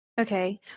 Okay